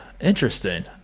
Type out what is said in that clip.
interesting